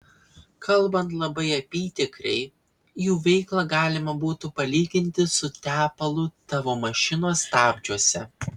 kalbant labai apytikriai jų veiklą galima būtų palyginti su tepalu tavo mašinos stabdžiuose